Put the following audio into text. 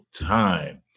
time